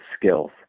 skills